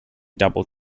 double